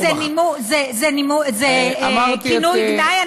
אם פופאי זה כינוי גנאי,